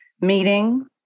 meeting